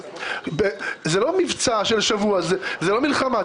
זה לא מבצע של שבוע, זה לא מלחמה.